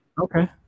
Okay